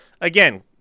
again